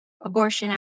abortion